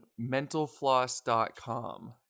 mentalfloss.com